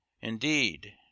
Indeed